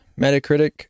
Metacritic